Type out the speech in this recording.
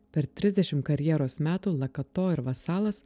per trisdešimt karjeros metų lakato ir vasalas